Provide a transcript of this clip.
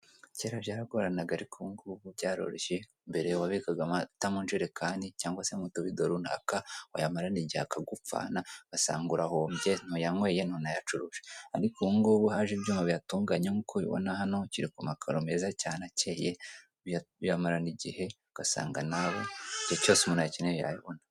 Cyera byaragoranaga ariko ubungubu byaroroshye mbere wabikaga amata mu njerekani cyangwa se mu tubido runaka, wayamarana igihe akagupfana ugasanga urahombye, ntuyanyoye ntunayacuruje. Ariko ubungubu haje ibyuma biyatunganya nkuko ubibona hano; kiri ku makaro meza acyeye, biyamarana igihe ugasanga nawe igihe cyose umuntu ayakeneye arayabona.